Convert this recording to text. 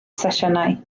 sesiynau